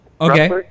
Okay